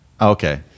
Okay